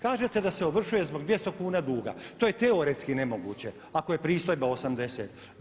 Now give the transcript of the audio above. Kažete da se ovršuje zbog 200 kuna duga, to je teoretski nemoguće ako je pristojba 80.